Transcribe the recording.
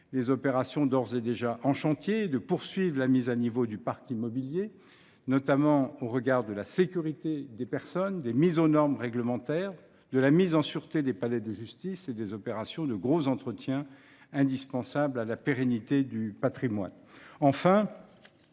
les opérations d’ores et déjà en chantier et de poursuivre la mise à niveau du parc immobilier, notamment au regard de la sécurité des personnes, des mises aux normes réglementaires, de la mise en sûreté des palais de justice et des opérations de gros entretien indispensables à la pérennité du patrimoine.